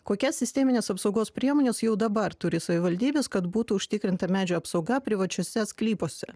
kokias sistemines apsaugos priemones jau dabar turi savivaldybės kad būtų užtikrinta medžių apsauga privačiuose sklypuose